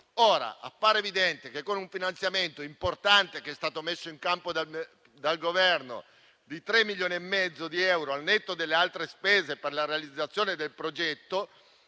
caso. Appare evidente che, con il finanziamento importante che è stato messo in campo dal Governo, pari a 3,5 milioni di euro, al netto delle altre spese per la realizzazione del progetto,